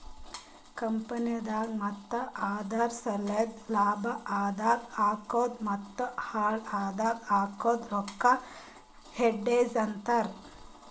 ಕಂಪನಿದಾಗ್ ಮತ್ತ ಅದುರ್ ಸಲೆಂದ್ ಲಾಭ ಆದಾಗ್ ಹಾಕದ್ ಮತ್ತ ಹಾಳ್ ಆದಾಗ್ ಹಾಕದ್ ರೊಕ್ಕಾಗ ಹೆಡ್ಜ್ ಅಂತರ್